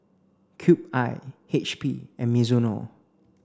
Cube I H P and Mizuno